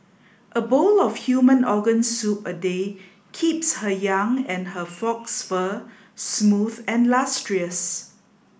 a bowl of human organ soup a day keeps her young and her fox fur smooth and lustrous